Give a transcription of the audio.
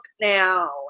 now